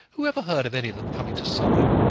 who ever heard of any of them coming to sorrow?